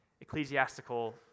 ecclesiastical